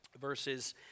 verses